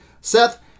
Seth